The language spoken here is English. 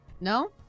no